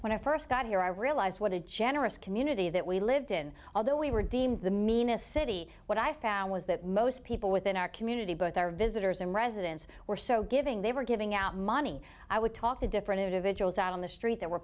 when i first got here i realized what a generous community that we lived in although we were deemed the meanest city what i found was that most people within our community both our visitors and residents were so giving they were giving out money i would talk to different individuals out on the street that were